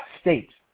state